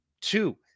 Two